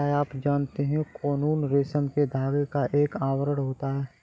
क्या आप जानते है कोकून रेशम के धागे का एक आवरण होता है?